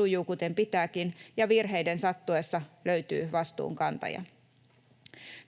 sujuu kuten pitääkin ja virheiden sattuessa löytyy vastuunkantaja.